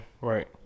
Right